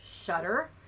shutter